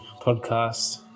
podcast